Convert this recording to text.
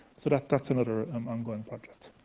so like that's another um ongoing project.